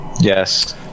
Yes